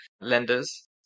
lenders